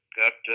got